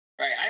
Right